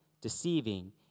deceiving